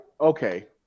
okay